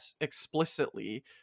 explicitly